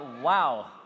wow